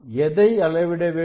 எதை அளவிட வேண்டும்